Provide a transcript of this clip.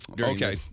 Okay